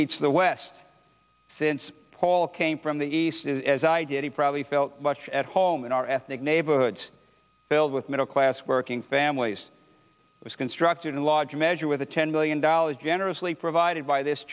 meets the west since paul came from the east as i did he probably felt much at home in our ethnic neighborhoods filled with middle class working families was constructed in large measure with the ten million dollars generously provided by this